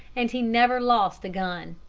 and he never lost a gun.